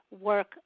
work